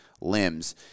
limbs